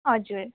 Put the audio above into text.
हजुर